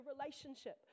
relationship